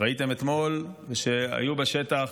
ראיתם אתמול, ושהיו בשטח,